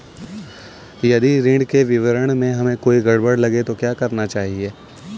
यदि ऋण के विवरण में हमें कोई गड़बड़ लगे तो क्या करना चाहिए?